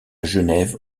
genève